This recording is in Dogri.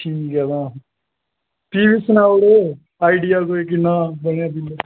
ठीक ऐ तां भी सनाई ओड़ेओ कि कोई किन्ना बिल बना दा